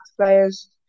players